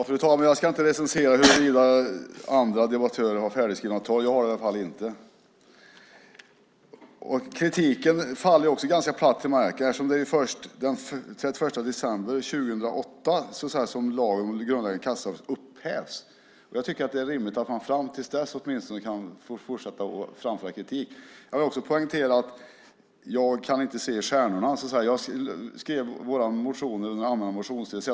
Fru talman! Jag ska inte recensera huruvida andra debattörer har färdigskrivna repliker. Jag har det i alla fall inte. Kritiken faller ganska platt till marken, eftersom det är först den 31 december 2008 som lagen om grundläggande kassaservice upphävs. Jag tycker att det är rimligt att man åtminstone fram till dess kan få fortsätta att framföra kritik. Jag vill också poängtera att jag inte kan se i stjärnorna, så att säga. Jag skrev våra motioner under den allmänna motionstiden.